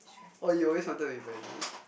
oh you always wanted to be in pageant